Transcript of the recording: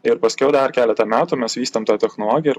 ir paskiau dar keletą metų mes vystėm tą technologiją ir